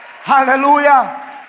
Hallelujah